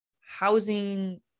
housing